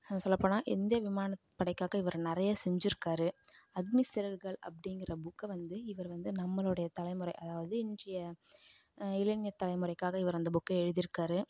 சொல்லப்போனால் இந்திய விமானப்படைக்காக இவர் நிறைய செஞ்சுருக்காரு அக்னி சிறகுகள் அப்படிங்கிற புக்கை வந்து இவர் வந்து நம்மளோடைய தலைமுறை அதாவது இன்றைய இளைஞர் தலைமுறைக்காக இவர் அந்த புக்கை எழுதியிருக்காரு